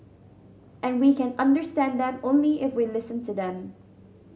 and we can understand them only if we listen to them